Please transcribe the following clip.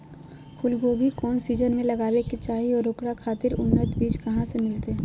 फूलगोभी कौन सीजन में लगावे के चाही और ओकरा खातिर उन्नत बिज कहा से मिलते?